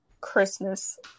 christmas